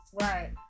Right